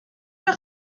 für